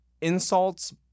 insults